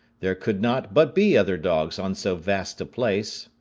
there could not but be other dogs on so vast a place,